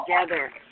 together